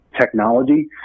technology